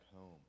home